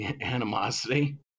animosity